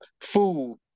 Food